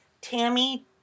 Tammy